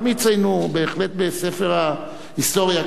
גם יציינו בהחלט בספר ההיסטוריה.